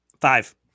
Five